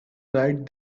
right